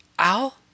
ow